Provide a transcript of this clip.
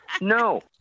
No